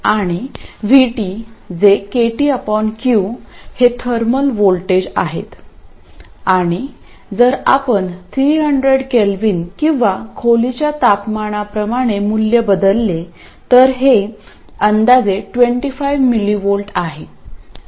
आणि Vt जे KTq हे थर्मल व्होल्टेज आहेत आणि जर आपण 300 केल्विन किंवा खोलीच्या तापमानाप्रमाणे मूल्य बदलले तर हे अंदाजे 25mV आहे